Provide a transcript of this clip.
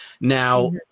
now